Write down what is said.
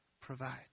provides